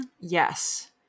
yes